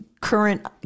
current